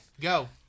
go